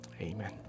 Amen